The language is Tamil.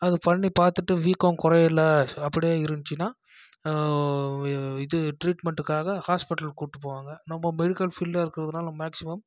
அது பண்ணிப்பார்த்துட்டு வீக்கம் குறையல அப்படியே இருந்துச்சுன்னா இது ட்ரீட்மென்ட்டுக்காக ஹாஸ்பிட்டல் கூப்பிட்டு போவாங்க நம்ம மெடிக்கல் ஃபீல்டாக இருக்குறதுனால மேக்ஸிமம்